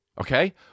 okay